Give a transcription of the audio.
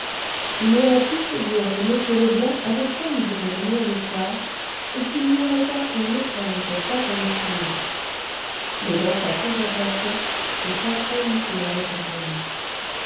il aurait pu se dire que m leblanc avait promis de revenir le soir et qu'il n'y aurait qu'à s'y mieux prendre cette fois pour le suivre mais dans sa contemplation c'est à peine s'il avait entendu